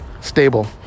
stable